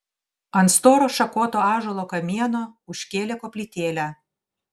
ant storo šakoto ąžuolo kamieno užkėlė koplytėlę